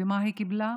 ומה היא קיבלה?